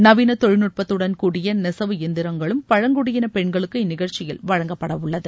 நவீன தொழில்நுட்பத்துடன் கூடிய நெசவு எந்திரங்களும் பழங்குடியின பெண்களுக்கு இந்நிகழ்ச்சியில் வழங்கப்பட உள்ளது